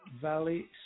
Valley